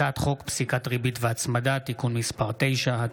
הצעת חוק פסיקת ריבית והצמדה (תיקון מס' 9),